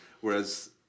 whereas